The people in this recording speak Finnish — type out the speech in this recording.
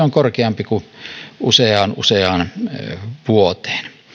on korkeampi luku kuin useaan useaan vuoteen